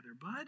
bud